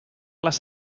las